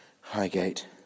Highgate